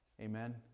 amen